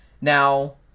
now